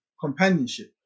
companionship